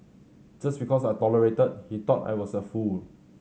just because I tolerated he thought I was a fool